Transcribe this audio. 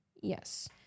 Yes